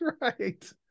right